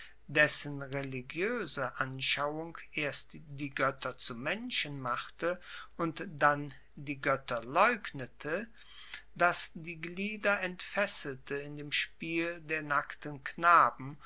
dessen religioese anschauung erst die goetter zu menschen machte und dann die goetter leugnete das die glieder entfesselte in dem spiel der nackten knaben